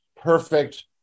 perfect